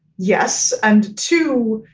yes. and two,